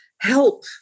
help